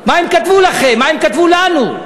מה הם כתבו לכם, מה הם כתבו לנו.